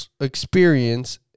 experience